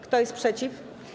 Kto jest przeciw?